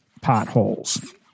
potholes